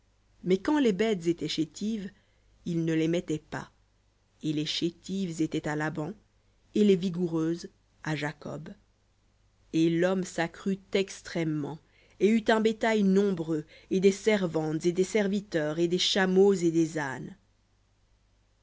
mais quand les bêtes étaient chétives il ne les mettait pas et les chétives étaient à laban et les vigoureuses à jacob et l'homme s'accrut extrêmement et eut un bétail nombreux et des servantes et des serviteurs et des chameaux et des ânes